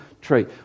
tree